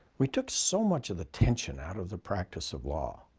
we took so much of the tension out of the practice of law.